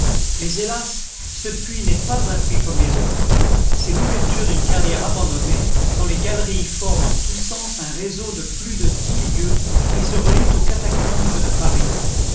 mais hélas ce puits n'est pas un puits comme les autres c'est l'ouverture d'une carrière abandonnée dont les galeries forment en tout sens un réseau de plus de dix lieues et se relient aux catacombes de paris